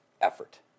Effort